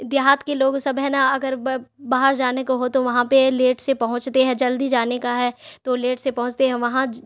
دیہات کے لوگ سب ہیں نا اگر باہر جانے کو ہو تو وہاں پہ لیٹ سے پہنچتے ہیں جلدی جانے کا ہے تو لیٹ سے پہنچتے ہیں وہاں